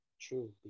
true